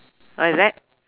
what is that